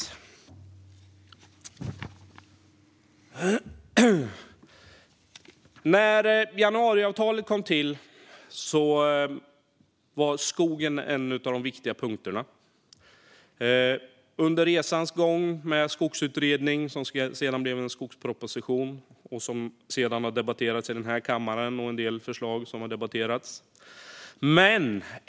Tydligare bestämmel-ser om ersättning vid avslag på ansökningar om tillstånd till avverk-ning i fjällnära skog När januariavtalet kom till var skogen en av de viktiga punkterna. Under resans gång har det varit en skogsutredning, som sedan blev en skogsproposition, som sedan har debatterats i denna kammare liksom en del andra förslag.